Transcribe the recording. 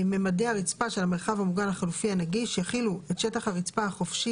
ממדי הרצפה של המרחב המוגן החלופי הנגיש יכילו את שטח הרצפה החופשי